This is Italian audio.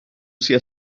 sia